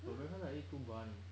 for breakfast I eat two bun